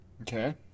Okay